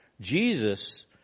Jesus